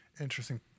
Interesting